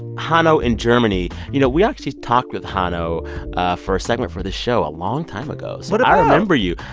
hano in germany. you know, we actually talked with hano ah for a segment for this show a long time ago. so. what about. i remember you.